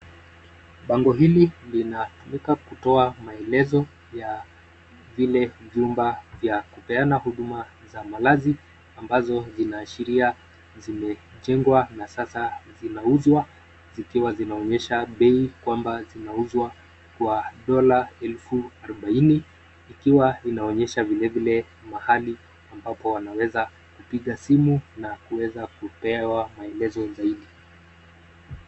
Bango hili linatumika kutoa maeleza ya vile vyumba vya kupeana huduma za malazi ambazo zinaashiria zimejegwa na sasa zinauzwa zikiwa zinaonyesha bei kwamba zinauzwa kwa dollar elfu arubaini ikiwa inaonyesha vile vile mahali ambapo wanaweza kupiga simu na kuweza kupewa maelezo zaidi.